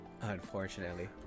Unfortunately